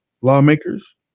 lawmakers